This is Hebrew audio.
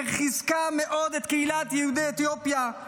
אשר חיזקה מאוד את קהילת יהודי אתיופיה.